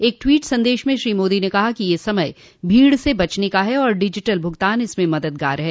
एक ट्वीट संदेश में श्री मोदी ने कहा कि यह समय भीड़ से बचने का है और डिजिटल भुगतान इसमें मददगार है